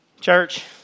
Church